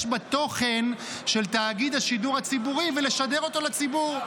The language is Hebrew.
בתוכן של תאגיד השידור הציבורי ולשדר אותו לציבור.